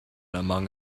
among